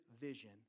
vision